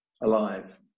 alive